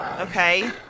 Okay